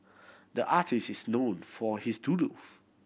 the artist is known for his doodles